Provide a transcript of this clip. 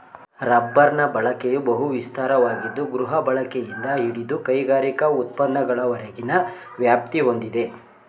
ರಬ್ಬರ್ನ ಬಳಕೆಯು ಬಹು ವಿಸ್ತಾರವಾಗಿದ್ದು ಗೃಹಬಳಕೆಯಿಂದ ಹಿಡಿದು ಕೈಗಾರಿಕಾ ಉತ್ಪನ್ನಗಳವರೆಗಿನ ವ್ಯಾಪ್ತಿ ಹೊಂದಿದೆ